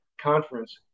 conference